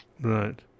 Right